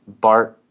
Bart